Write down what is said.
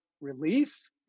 relief